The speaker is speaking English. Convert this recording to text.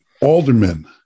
aldermen